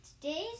Today's